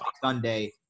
Sunday